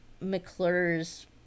McClure's